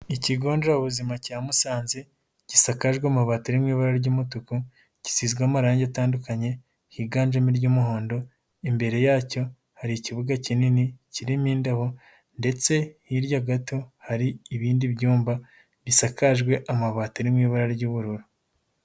Ikigo nderabuzima cya Musanze gisakajwe amabati ari mu ibara ry'umutuku, gisizwemo amarangi atandukanye higanjemo iry'umuhondo, imbere yacyo hari ikibuga kinini kirimo indabo ndetse hirya gato hari ibindi byumba bisakajwe amabati ari mu ibara ry'ubururu.